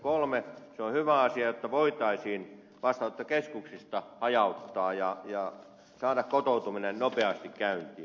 se on hyvä asia jotta voitaisiin vastaanottokeskuksista tulijoita hajauttaa ja saada kotoutuminen nopeasti käyntiin